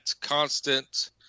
constant